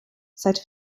seit